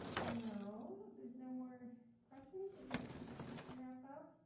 well, if there's no more questions, should we we wrap up?